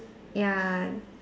ya